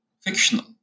fictional